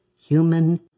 human